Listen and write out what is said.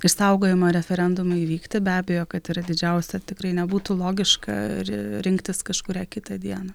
išsaugojimo referendumui įvykti be abejo kad yra didžiausia tikrai nebūtų logiška ri rinktis kažkurią kitą dieną